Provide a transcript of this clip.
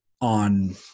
on